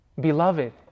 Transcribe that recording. Beloved